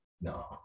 No